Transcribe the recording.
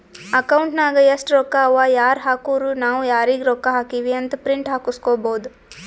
account ನಾಗ್ ಎಸ್ಟ್ ರೊಕ್ಕಾ ಅವಾ ಯಾರ್ ಹಾಕುರು ನಾವ್ ಯಾರಿಗ ರೊಕ್ಕಾ ಹಾಕಿವಿ ಅಂತ್ ಪ್ರಿಂಟ್ ಹಾಕುಸ್ಕೊಬೋದ